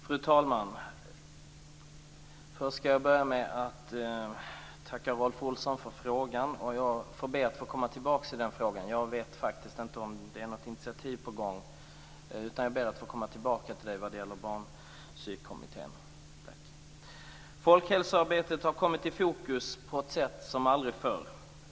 Fru talman! Jag skall börja med att tacka Rolf Olsson för frågan och ber att få komma tillbaka till den. Jag vet faktiskt inte om det är något initiativ på gång, utan jag ber att få återkomma till dig när det gäller Barnpsykiatrikommittén. Folkhälsoarbetet har kommit i fokus på ett sätt som aldrig förr.